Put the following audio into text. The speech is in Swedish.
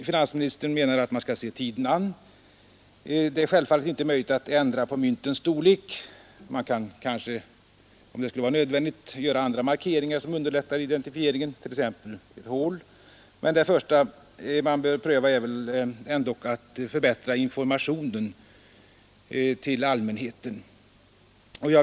Finansministern menar att man skall se tiden an. Det är självfallet inte möjligt att ändra på myntens storlek. Man kan kanske, om det skulle visa sig nödvändigt, göra andra markeringar som underlättar identifieringen, t.ex. ett hål. Men det första man bör göra är väl ändå att förbättra informationen till allmänheten.